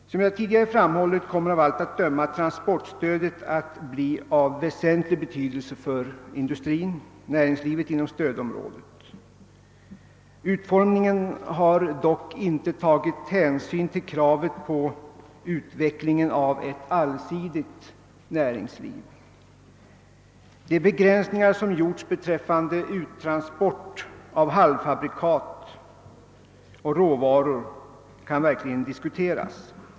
Som jag tidigare framhållit kommer av allt att döma transportstödet att få väsentligt värde för industrin inom stödområdet. Det har dock inte utformats med hänsyn till kravet på utveckling av ett allsidigt näringsliv. De begränsningar som gjorts beträffande uttransport av halvfabrikat och råvaror kan verkligen diskuteras.